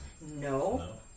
No